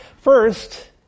First